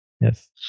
Yes